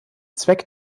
zweck